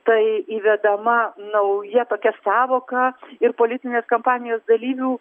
tai įvedama nauja tokia sąvoka ir politinės kampanijos dalyvių